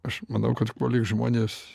aš manau kad kolei žmonės